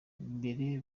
mbere